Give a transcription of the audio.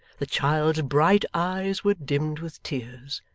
the child's bright eyes were dimmed with tears,